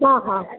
ಹಾಂ ಹಾಂ